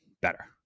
better